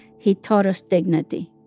he taught us dignity